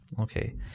Okay